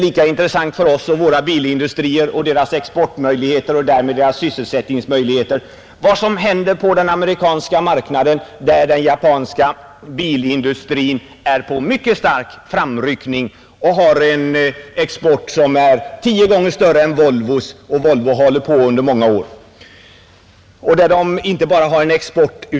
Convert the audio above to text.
Lika intressant för oss och våra bilindustrier och deras exportmöjligheter och därmed sysselsättningsmöjligheter är vad som händer på den amerikanska marknaden, Där är den japanska bilindustrin på mycket stark framryckning. Man har en export som är tio gånger större än Volvos — och Volvo har hållit på under många år. Japanerna har inte bara export.